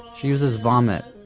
she uses vomit.